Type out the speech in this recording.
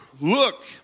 look